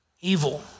Evil